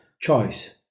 choice